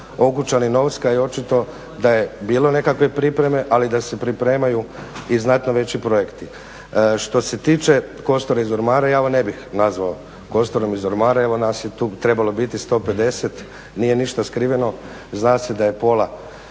Okučani-Novska i očito da je bilo nekakve pripreme ali da se pripremaju i znatno veći projekti. Što se tiče kostura iz ormara, ja ga ne bih nazvao kosturom iz ormara evo nas je tu trebalo biti 150 nije ništa skriveno, zna se da je pola